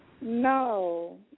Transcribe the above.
No